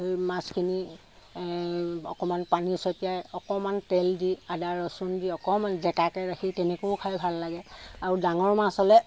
মাছখিনি অকণমান পানী ছটিয়াই অকণমান তেল দি আদা ৰচোন দি অকণমান জেকাকৈ ৰাখি তেনেকৈও খাই ভাল লাগে আৰু ডাঙৰ মাছ হ'লে